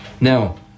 now